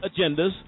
agendas